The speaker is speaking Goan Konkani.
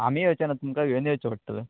आमी येवचे ना तुमकां घेवन येवचें पडटलें